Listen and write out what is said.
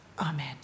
Amen